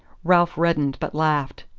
ralph reddened, but laughed.